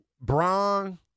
Bron